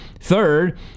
third